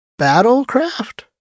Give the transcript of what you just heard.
Battlecraft